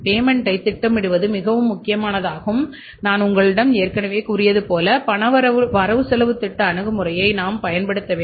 பேமென்ட்டை திட்டமிடுவது மிகவும் முக்கியமானது நான் உங்களிடம் ஏற்கனவே கூறியதுபோல பண வரவு செலவுத் திட்ட அணுகுமுறையை நாம் பயன்படுத்த வேண்டும்